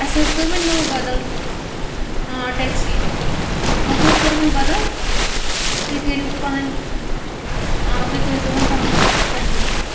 اَسہِ حظ کٔر وَنۍ نٔو بَدَل ہاں ٹٮ۪کسی بُک حظ کٔر وَنۍ بَدَل تُہۍ کٔرِو پَنٕنۍ آ تُہۍ کٔرزیو وَنۍ پَنٕنۍ کٮ۪نسٕل